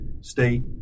State